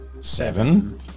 seven